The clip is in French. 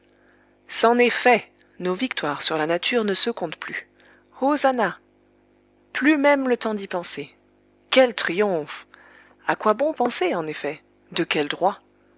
c'en est fait nos victoires sur la nature ne se comptent plus hosannah plus même le temps d'y penser quel triomphe à quoi bon penser en effet de quel droit